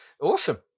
Awesome